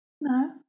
No